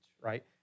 right